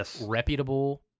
reputable